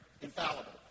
Infallible